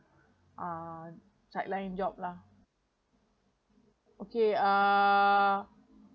uh sideline job lah okay uh